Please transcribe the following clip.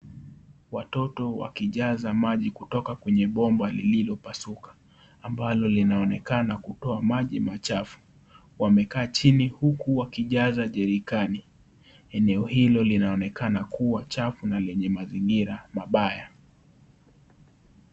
Watoto wakijaza maji kutoka kwenye bomba lililopasuka, ambalo linaonekana kutoka maji machafu. Wamekaa chini huku wakijaza jerikani. Eneo hilo linaonekana kuwa chafu na lenye mazingira mabaya.